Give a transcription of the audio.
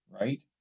right